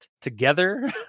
together